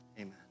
amen